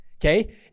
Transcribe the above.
okay